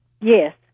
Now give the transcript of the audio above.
Yes